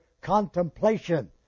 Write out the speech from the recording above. Contemplation